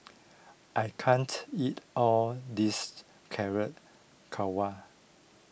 I can't eat all this Carrot